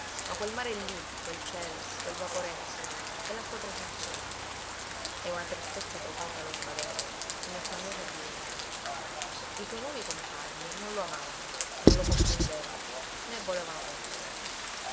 ma quel mare lí quel cielo quel vaporetto e la sua presente vita e una tristezza profonda lo invadeva uno smanioso avvilimento i suoi nuovi compagni non lo amavano non lo comprendevano né volevano comprenderlo